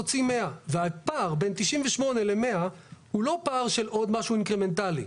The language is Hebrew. תוציא 100'. והפער בין 98 ל-100 הוא לא פער של עוד משהו אינקרמנטלי,